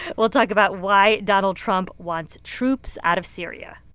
we'll talk about why donald trump wants troops out of syria